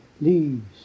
leaves